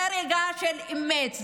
זה רגע של אמת,